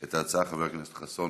את ההצעה חבר הכנסת חסון.